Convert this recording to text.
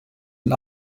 and